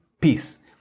peace